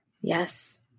Yes